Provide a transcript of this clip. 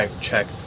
check